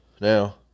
Now